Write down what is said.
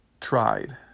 tried